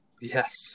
Yes